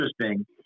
interesting